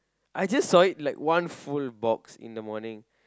I just saw it like one full box in the morning